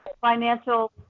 financial